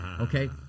Okay